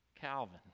Calvin